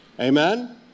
Amen